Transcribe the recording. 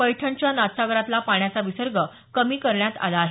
पैठणच्या नाथसागरातला पाण्याचा विसर्ग कमी करण्यात आला आहे